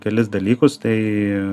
kelis dalykus tai